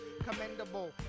Commendable